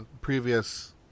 previous